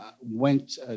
went